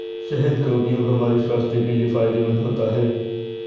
शहद का उपयोग हमारे स्वास्थ्य के लिए फायदेमंद होता है